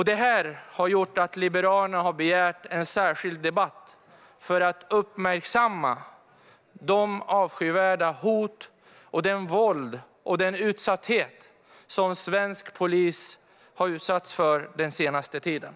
Därför har Liberalerna begärt en debatt för att uppmärksamma de avskyvärda hot och det våld som svensk polis har varit utsatt för den senaste tiden.